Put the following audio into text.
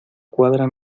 cuadra